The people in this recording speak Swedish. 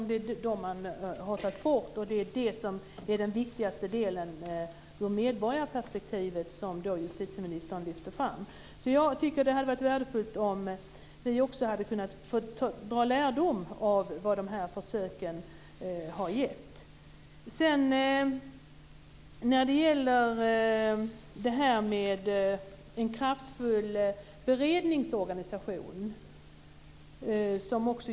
Det är det som är den viktigaste delen ur medborgarperspektivet, som ministern lyfte fram. Jag tycker att det hade varit värdefullt om vi också hade kunnat dra lärdom av vad dessa försök har gett. Justitieministern tog upp frågan om en kraftfull beredningsorganisation.